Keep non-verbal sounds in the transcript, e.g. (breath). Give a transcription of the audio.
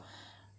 (breath)